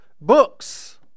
books